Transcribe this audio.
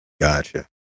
Gotcha